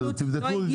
תבדקו את זה.